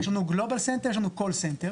יש לנו גלובאל סנטר ויש לנו קול סנטר,